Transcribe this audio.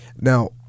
Now